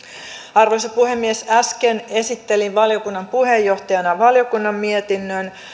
arvoisa puhemies äsken esittelin valiokunnan puheenjohtajana valiokunnan mietinnön